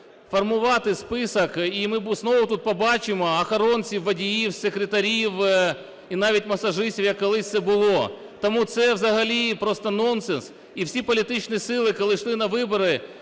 формувати список, і ми знову тут побачимо охоронців, водіїв, секретарів і навіть масажистів, як колись це було. Тому це взагалі просто нонсенс, і всі політичні сили, коли йшли на вибори,